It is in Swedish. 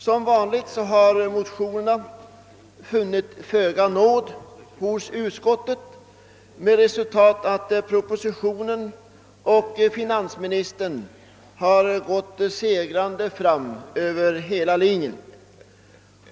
Som vanligt har motionerna funnit föga nåd hos utskottet, med resultatet att propositionen och finansministern har gått segrande fram över hela linjen.